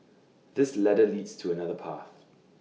this ladder leads to another path